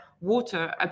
water